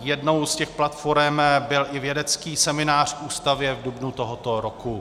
Jednou z těch platforem byl i vědecký seminář k Ústavě v dubnu tohoto roku.